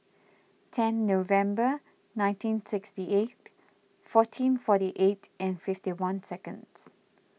ten November nineteen sixty eight fourteen forty eight and fifty one seconds